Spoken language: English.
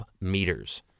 meters